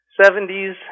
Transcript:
70s